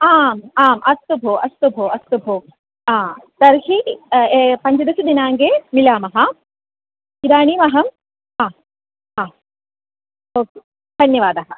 आम् आम् अस्तु भो अस्तु भो अस्तु भो हा तर्हि पञ्चदशदिनाङ्के मिलामः इदानीमहम् आ आ अस्तु धन्यवादाः